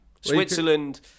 Switzerland